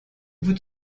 voûte